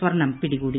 സ്വർണ്ണം പിടികൂടി